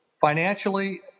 Financially